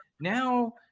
Now